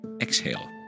exhale